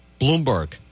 bloomberg